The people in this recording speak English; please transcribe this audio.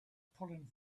pulling